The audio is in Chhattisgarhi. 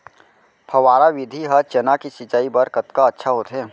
फव्वारा विधि ह चना के सिंचाई बर कतका अच्छा होथे?